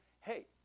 hey